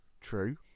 True